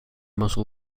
muscle